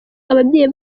ababyeyi